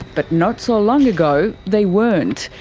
but not so long ago they weren't.